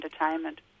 entertainment